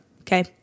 okay